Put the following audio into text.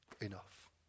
enough